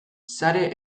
sare